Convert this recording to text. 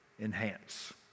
enhance